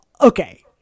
Okay